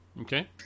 okay